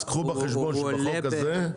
הוא עולה --- אז קחו בחשבון שבחוק הזה,